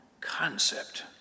concept